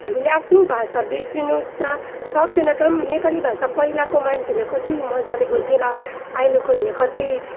हामीले आफ्नो भाषा बिर्सनु त सक्दैन तर नेपाली भाषा पहिलाको मान्छेहरूले कति मजाले बोल्थ्यो होला अहिलेकोहरूले कति